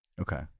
Okay